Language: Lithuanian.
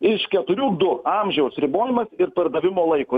iš keturių du amžiaus ribojimas ir pardavimo laiko